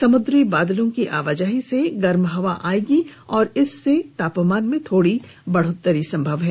समुद्री बादलों की आवाजाही से गर्म हवा आएगी और इससे तापमान में थोड़ी बढ़ोतरी संभव है